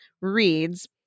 reads